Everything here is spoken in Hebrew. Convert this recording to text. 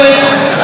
גם הגזענית,